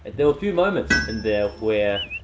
there were a few moments in there, where.